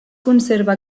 conserva